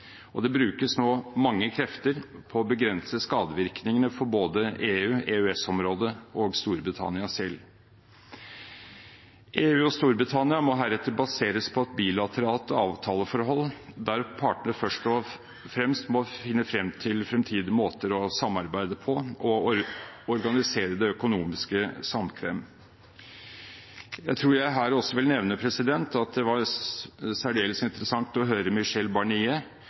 Det brukes nå mange krefter på å begrense skadevirkningene for både EU/EØS-området og Storbritannia selv. EU og Storbritannia må heretter basere seg på et bilateralt avtaleforhold, der partene først og fremst må finne frem til fremtidige måter å samarbeide og organisere det økonomiske samkvemmet på. Jeg tror jeg her også vil nevne at det var særdeles interessant å høre Michel